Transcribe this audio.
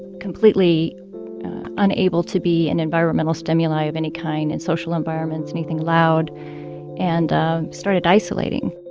completely unable to be in environmental stimuli of any kind in social environments, anything loud and started isolating